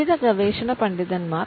വിവിധ ഗവേഷണ പണ്ഡിതന്മാർ